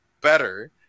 better